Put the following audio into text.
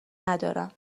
ندارم